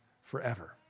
forever